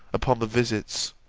upon the visits,